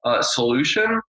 solution